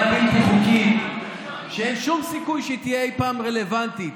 בלתי חוקית שאין שום סיכוי שתהיה אי-פעם רלוונטית,